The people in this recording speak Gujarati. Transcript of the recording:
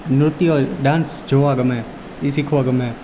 નૃત્યો ડાન્સ જોવા ગમે એ શીખવા ગમે